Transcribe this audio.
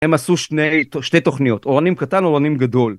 ‫הם עשו שני... שתי תוכניות, ‫אורנים קטן ואורנים גדול.